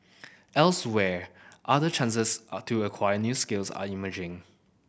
elsewhere other chances are to acquire new skills are emerging